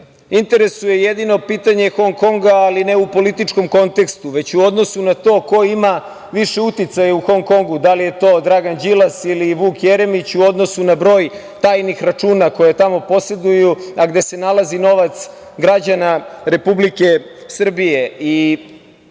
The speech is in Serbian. interesuje jedino pitanje Hong Konga, ali ne u političkom kontekstu, već u odnosu na to ko ima više uticaja u Hong Kongu, da li je to Dragan Đilas ili Vuk Jeremić, u odnosu na broj tajnih računa koje tamo poseduju, a gde se nalazi novac građana Republike Srbije. Podsetiću